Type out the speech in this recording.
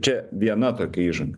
čia viena tokia įžanga